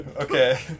Okay